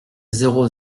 zéro